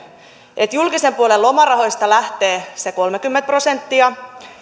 että julkisen puolen lomarahoista lähtee se kolmekymmentä prosenttia